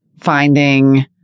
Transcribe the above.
finding